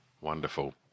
wonderful